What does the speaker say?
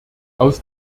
aus